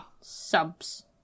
Subs